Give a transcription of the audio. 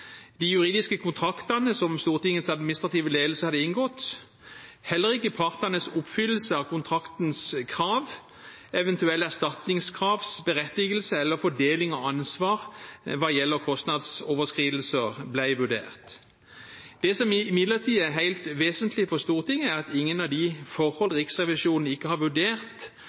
de juridiske kontraktene som Stortingets administrative ledelse hadde inngått. Heller ikke partenes oppfyllelse av kontraktens krav, eventuelle erstatningskravs berettigelse eller fordeling av ansvar hva gjelder kostnadsoverskridelser, ble vurdert. Det som imidlertid er helt vesentlig for Stortinget, er at ingen av de forhold Riksrevisjonen ikke har vurdert,